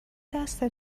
دست